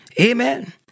amen